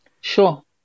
Sure